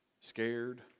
Scared